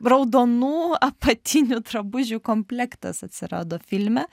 raudonų apatinių drabužių komplektas atsirado filme